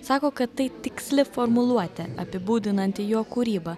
sako kad tai tiksli formuluotė apibūdinanti jo kūrybą